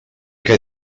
que